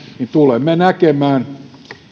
niin tulemme näkemään